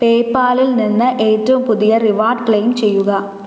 പേയ്പാലിൽ നിന്ന് ഏറ്റവും പുതിയ റിവാഡ് ക്ലെയിം ചെയ്യുക